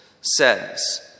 says